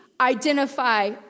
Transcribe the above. identify